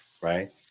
right